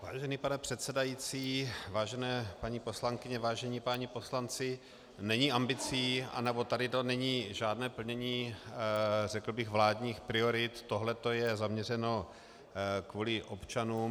Vážený pane předsedající, vážené paní poslankyně, vážení páni poslanci, není ambicí, anebo tady to není žádné plnění řekl bych vládních priorit, tohleto je zaměřeno kvůli občanům.